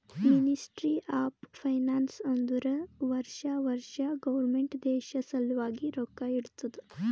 ministry of finance ಅಂದುರ್ ವರ್ಷಾ ವರ್ಷಾ ಗೌರ್ಮೆಂಟ್ ದೇಶ ಸಲ್ವಾಗಿ ರೊಕ್ಕಾ ಇಡ್ತುದ